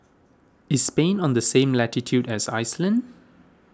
is Spain on the same latitude as Iceland